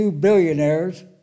billionaires